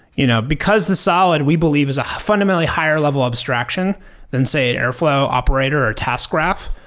you know because the solid we believe is a fundamentally higher level abstraction than say an airflow operator, or task graph,